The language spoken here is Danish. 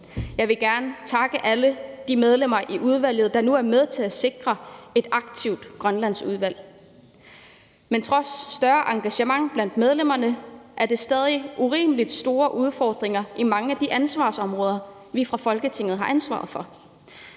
Jeg vil gerne takke alle de medlemmer i udvalget, der nu er med til at sikre et aktivt Grønlandsudvalg. Men trods større engagement blandt medlemmerne er der stadig urimeligt store udfordringer i mange af de ansvarsområder, vi fra Folketingets side har ansvar for.